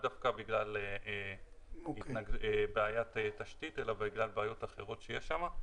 דווקא בגלל בעיית תשתית אלא בגלל בעיות אחרות שיש שם.